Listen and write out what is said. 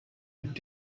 mit